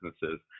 businesses